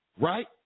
right